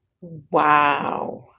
Wow